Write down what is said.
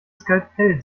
skalpell